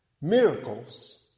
miracles